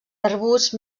arbusts